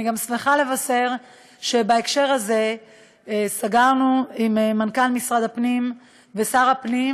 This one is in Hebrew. אני גם שמחה לבשר שבהקשר הזה סגרנו עם מנכ"ל משרד הפנים ושר הפנים